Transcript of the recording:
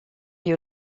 you